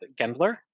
Gendler